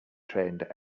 trained